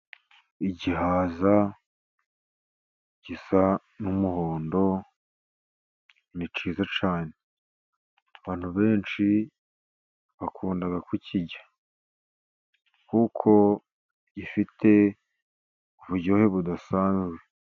Igihaza gisa n'umuhondo ni kiza cyane, abantu benshi bakunda kukirya kuko gifite uburyohe budasanzwe.